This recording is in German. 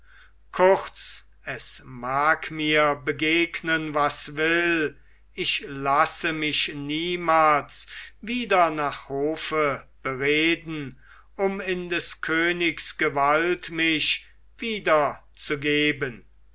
kurz es mag mir begegnen was will ich lasse mich niemals wieder nach hofe bereden um in des königs gewalt mich wieder